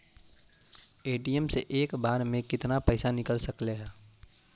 ATM से एक बार मे केतना पैसा निकल सकले हे?